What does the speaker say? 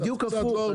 בדיוק הפוך,